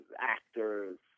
actors